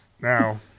Now